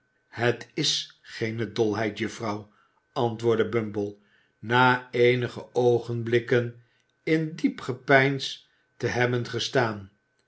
het is geene dolheid juffrouw antwoordde bumble na eenige oogenblikken in diep gepeins te hebben gestaan